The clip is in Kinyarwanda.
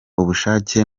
ubushake